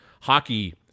Hockey